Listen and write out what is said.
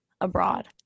abroad